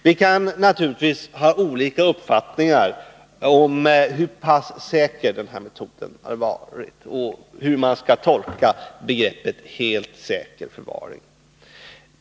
Vi kan naturligtvis ha olika uppfattningar om hur pass säker den här metoden var och hur man skall tolka begreppet helt säker förvaring.